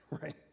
right